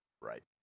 Right